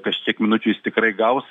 kažkiek minučių jis tikrai gaus